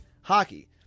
Hockey